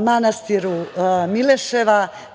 manastiru Mileševa.